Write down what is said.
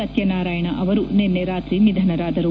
ಸತ್ಯನಾರಾಯಣ ಅವರು ನಿನ್ನೆ ರಾತ್ರಿ ನಿಧನರಾದರು